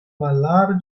mallarĝan